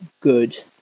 good